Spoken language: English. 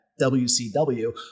WCW